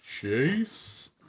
Chase